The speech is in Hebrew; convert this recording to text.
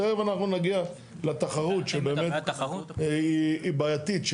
תכף אנחנו נגיע לתחרות שבאמת היא בעייתית.